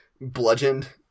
bludgeoned